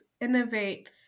innovate